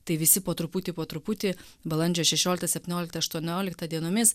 tai visi po truputį po truputį balandžio šešioliktą septynioliktą aštuonioliktą dienomis